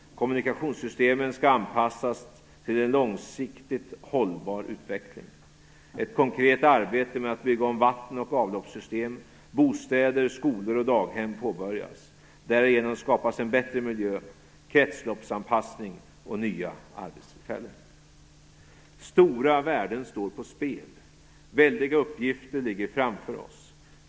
Kommunikationssystemen skall anpassas till en långsiktigt hållbar utveckling. Ett konkret arbete med att bygga om vatten och avloppssystem, bostäder, skolor och daghem påbörjas. Därigenom skapas en bättre miljö, kretsloppsanpassning och nya arbetstillfällen. Stora värden står på spel. Väldiga uppgifter ligger framför oss.